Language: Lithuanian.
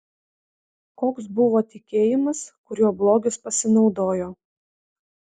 koks buvo tikėjimas kuriuo blogis pasinaudojo